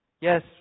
Yes